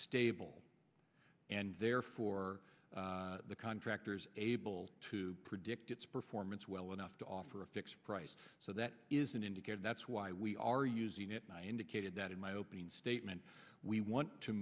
stable and therefore the contractors able to predict its performance well enough to offer a fixed price so that is an indicator that's why we are using it and i indicated that in my opening statement we want to